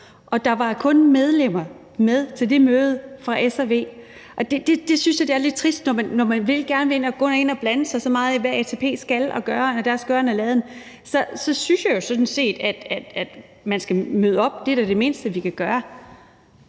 til det møde kun var medlemmer fra S og V. Det synes jeg er lidt trist, når man gerne vil gå ind og blande sig så meget i ATP's gøren og laden. Så synes jeg jo sådan set, at man skal møde op – det er da det mindste, man kan gøre.